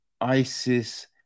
Isis